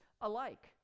alike